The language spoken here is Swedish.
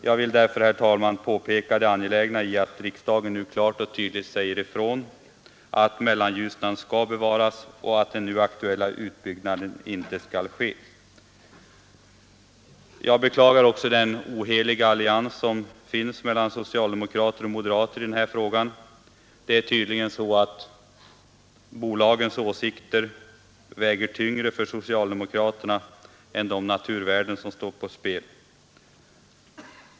Jag vill därför, herr talman, påpeka det angelägna i att riksdagen nu klart och tydligt säger ifrån att Mellanljusnan skall bevaras och att den nu aktuella utbyggnaden inte skall ske. Jag beklagar också den oheliga allians som finns mellan socialdemokrater och moderater i denna fråga. Det är tydligen så, att bolagens åsikter väger tyngre för socialdemokraterna än de naturvärden som äventyras.